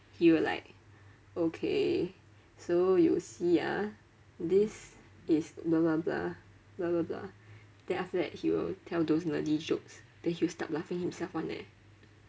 he will like okay so you see ah this is blah blah blah blah blah blah then after that he will tell those nerdy jokes then he will start laughing himself [one] eh